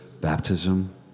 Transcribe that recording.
baptism